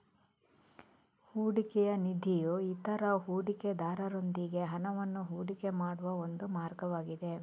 ಹೂಡಿಕೆಯ ನಿಧಿಯು ಇತರ ಹೂಡಿಕೆದಾರರೊಂದಿಗೆ ಹಣವನ್ನು ಹೂಡಿಕೆ ಮಾಡುವ ಒಂದು ಮಾರ್ಗವಾಗಿದೆ